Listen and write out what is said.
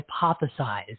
hypothesize